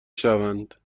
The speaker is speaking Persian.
شوند